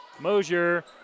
Mosier